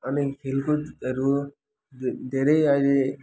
अनि खेलकुदहरू धेरै अहिले